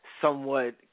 Somewhat